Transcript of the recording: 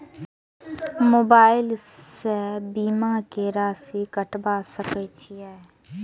Mobile से बीमा के राशि कटवा सके छिऐ?